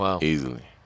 easily